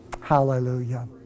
Hallelujah